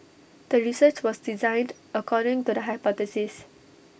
the research was designed according to the hypothesis